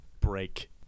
break